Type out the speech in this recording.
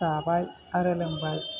जाबाय आरो लोंबाय